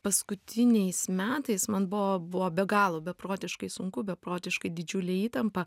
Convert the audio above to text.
paskutiniais metais man buvo buvo be galo beprotiškai sunku beprotiškai didžiulė įtampa